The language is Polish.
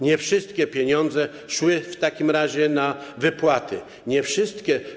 Nie wszystkie pieniądze szły w takim razie na wypłaty, nie wszystkie.